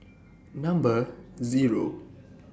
Number Zero